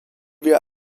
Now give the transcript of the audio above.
wir